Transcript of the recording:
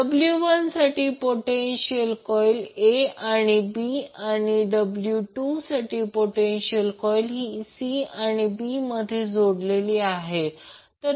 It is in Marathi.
W1साठी पोटेन्शियल कॉर्ईल a आणि b आणि W2साठी पोटेन्शियल कॉर्ईल ही c आणि b मध्ये जोडलेली आहे